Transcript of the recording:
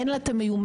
אין לה את המיומנות.